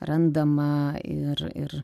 randama ir ir